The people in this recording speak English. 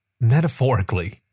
Metaphorically